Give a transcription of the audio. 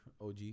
OG